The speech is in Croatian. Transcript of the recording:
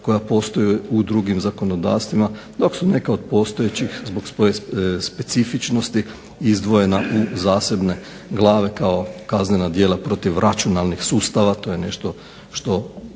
koja postoje u drugim zakonodavstvima, dok su neka od postojećih zbog svoje specifičnosti izdvojena u zasebne glave kao kaznena djela protiv računalnih sustava. To je nešto što